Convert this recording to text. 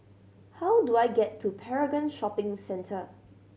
how do I get to Paragon Shopping Centre